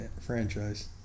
franchise